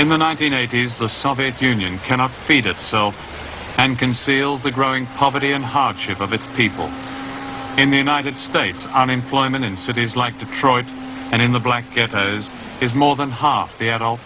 in the nineteen eighties the soviet union cannot feed itself and concealed the growing poverty in hock ship of its people in the united states unemployment in cities like detroit and in the black ghettos is more than half the at